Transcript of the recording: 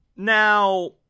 Now